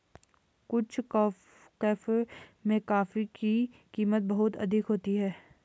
कुछ कैफे में कॉफी की कीमत बहुत अधिक होती है